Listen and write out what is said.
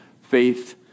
faith